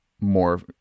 more